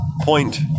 point